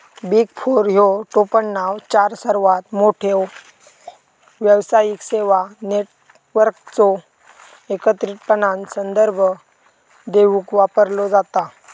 big four ह्यो टोपणनाव चार सर्वात मोठ्यो व्यावसायिक सेवा नेटवर्कचो एकत्रितपणान संदर्भ देवूक वापरलो जाता